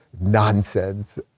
nonsense